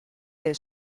del